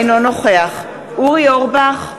אינו נוכח אורי אורבך,